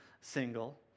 single